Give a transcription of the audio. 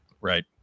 Right